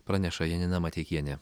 praneša janina mateikienė